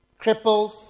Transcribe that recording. cripples